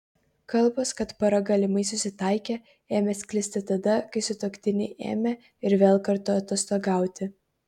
kalbos kad pora galimai susitaikė ėmė sklisti tada kai sutuoktiniai ėmė ir vėl kartu atostogauti